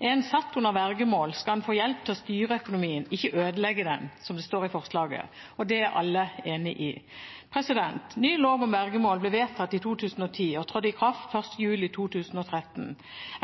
en satt under vergemål, skal en få hjelp til å styre økonomien, ikke ødelegge den, som det står i forslaget. Det er alle enig i. Ny lov om vergemål ble vedtatt i 2010 og trådte i kraft 1. juli 2013.